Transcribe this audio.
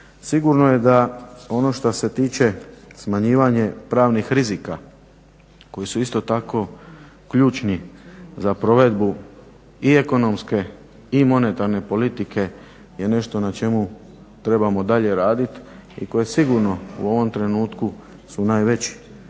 Sigurno je da ono što se tiče smanjivanje pravnih rizika koji su isto tako ključni za provedbu i ekonomske i monetarne politike je nešto na čemu trebamo dalje raditi i koje sigurno u ovom trenutku su najveći